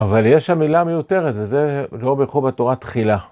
אבל יש שם מילה מיותרת, וזה לא ברכו בתורה תחילה.